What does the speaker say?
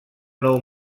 nou